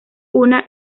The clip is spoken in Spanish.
una